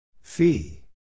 Fee